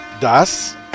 Das